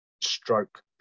stroke